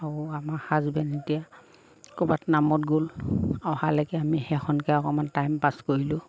আৰু আমাৰ হাজবেণ্ড এতিয়া ক'ৰবাত নামত গ'ল অহালৈকে আমি সেইখনকে অকণমান টাইম পাছ কৰিলোঁ